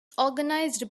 organized